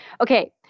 Okay